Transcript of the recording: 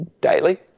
Daily